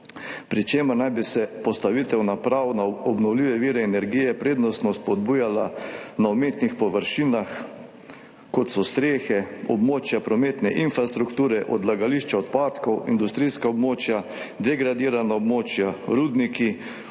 pri čemer naj bi se postavitev naprav na obnovljive vire energije prednostno spodbujala na umetnih površinah, kot so strehe, območja prometne infrastrukture, odlagališča odpadkov, industrijska območja, degradirana območja, rudniki,